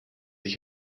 ich